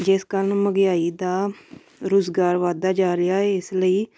ਜਿਸ ਕਾਰਨ ਮਹਿੰਗਾਈ ਦਾ ਰੁਜ਼ਗਾਰ ਵੱਧਦਾ ਜਾ ਰਿਹਾ ਇਸ ਲਈ